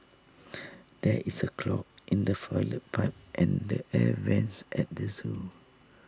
there is A clog in the Toilet Pipe and the air Vents at the Zoo